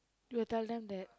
you will tell them that